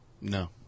No